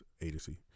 agency